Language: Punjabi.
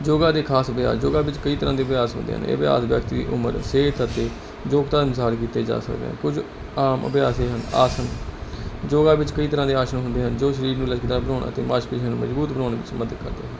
ਯੋਗਾ ਤੇ ਖਾਸ ਅਭਿਆਸ ਯੋਗਾ ਵਿੱਚ ਕਈ ਤਰ੍ਹਾਂ ਦੀ ਅਭਿਆਸ ਹੁੰਦੇ ਨੇ ਇਹ ਅਭਿਆਸ ਵਿਅਕਤੀ ਦੀ ਉਮਰ ਸਿਹਤ ਅਤੇ ਯੋਗਤਾ ਅਨੁਸਾਰ ਕੀਤੇ ਜਾ ਸਕਦੇ ਕੁਝ ਆਮ ਅਭਿਆਸ ਯੋਗਾ ਵਿੱਚ ਕਈ ਤਰ੍ਹਾਂ ਦੇ ਆਸ਼ਨ ਹੁੰਦੇ ਆ ਜੋ ਸਰੀਰ ਨੂੰ ਮਜਬੂਤ ਬਣਾਉਣਾ ਤੇ ਮਾਸ਼ ਪੇਸੀਆਂ ਨੂੰ ਬਣਾਉਣ